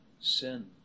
sin